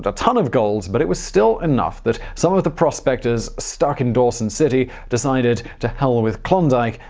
a ton of gold. but it was still enough that some of the prospectors stuck in dawson city decided to hell with klondike,